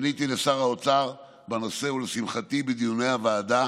פניתי לשר האוצר בנושא, ולשמחתי בדיוני הוועדה